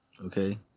Okay